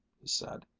he said,